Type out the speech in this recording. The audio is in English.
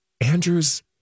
Andrew's